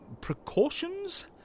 precautions